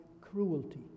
cruelty